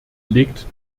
legt